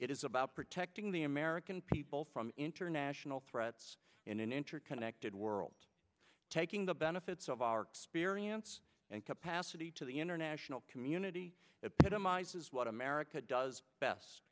it is about protecting the american people from international threats in an interconnected world taking the benefits of our experience and capacity to the international community epitomizes what america does best